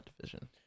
division